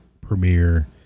premiere